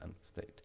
state